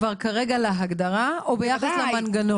ביחס להגדרה או ביחס למנגנון?